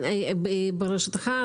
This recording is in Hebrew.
ברשותך,